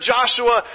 Joshua